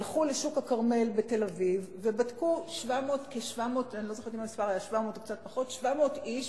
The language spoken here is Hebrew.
הלכו לשוק הכרמל בתל-אביב ובדקו כ-700 או קצת פחות איש,